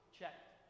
checked